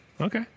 Okay